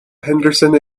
henderson